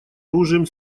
оружием